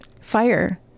fire